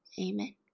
amen